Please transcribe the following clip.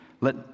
Let